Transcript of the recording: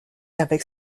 avec